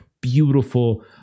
beautiful